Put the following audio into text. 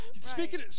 Speaking